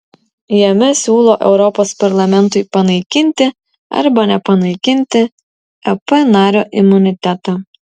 jame siūlo europos parlamentui panaikinti arba nepanaikinti ep nario imunitetą